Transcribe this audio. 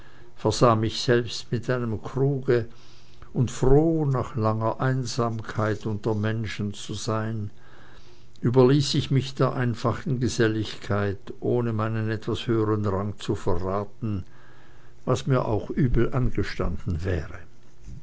versah mich selbst mit einem kruge und froh nach langer einsamkeit unter menschen zu sein überließ ich mich der einfachen geselligkeit ohne meinen etwas höhern rang zu verraten was mir auch übel angestanden hätte